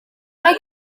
mae